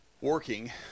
working